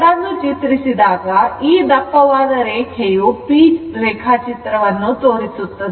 ಎರಡನ್ನು ಚಿತ್ರಿಸಿದಾಗ ಈ ದಪ್ಪವಾದ ರೇಖೆಯು p ರೇಖಾಚಿತ್ರವನ್ನು ತೋರಿಸುತ್ತದೆ